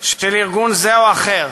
שום החלטה בין-לאומית של ארגון זה או אחר,